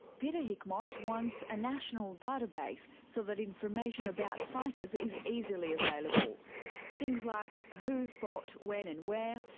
peter hickmott wants a national database so that information about fighters is easily available things like who fought when and where,